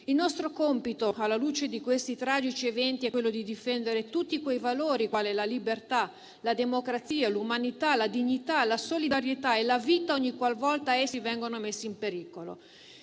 Il nostro compito, alla luce di questi tragici eventi, è quello di difendere tutti quei valori, quali la libertà, la democrazia, l'umanità, la dignità, la solidarietà e la vita ogni qualvolta essi vengano messi in pericolo.